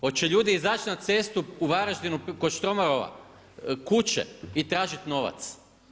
Hoće ljudi izaći na cestu u Varaždinu kod Štromarove kuće i tražiti novac?